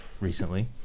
recently